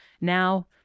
now